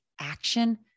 action